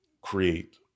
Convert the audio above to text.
create